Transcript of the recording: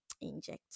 inject